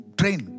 train